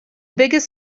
biggest